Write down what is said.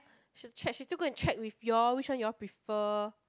she check she still go and check with you all which one you all prefer